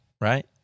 right